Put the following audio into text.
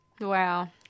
Wow